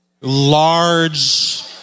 large